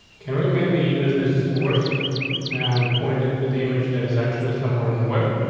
can we maybe use this source and pointed to the image that is actually somewhere on the web?